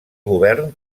govern